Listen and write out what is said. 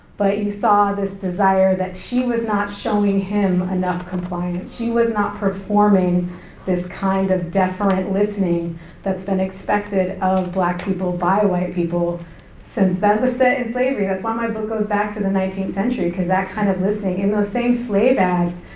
but you saw this desire that she was not showing him enough compliance. she was not performing this kind of deferent listening that's been expected of black people by white people since, that was set in slavery. that's why my book goes back to the nineteenth century cause that kind of listening, in those same slave ads,